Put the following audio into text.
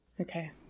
Okay